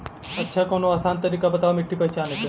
अच्छा कवनो आसान तरीका बतावा मिट्टी पहचाने की?